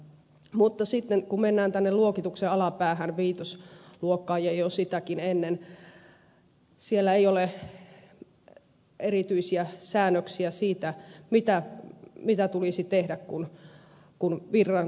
mutta sitten kun mennään tänne luokituksen alapäähän viitosluokkaan ja jo sitäkin ennen siellä ei ole erityisiä säännöksiä siitä mitä tulisi tehdä kun virrantulo katkeaa